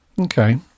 okay